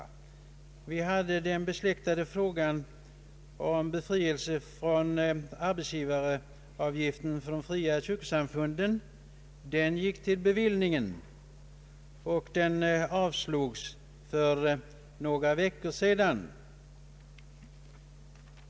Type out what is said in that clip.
Vi har under våren haft till behandling den besläktade frågan om befrielse från arbetsgivaravgiften för de fria kyrkosamfunden, vilken gick till bevillningsutskottet. Det framställda yrkandet avslogs för några veckor sedan.